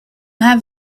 have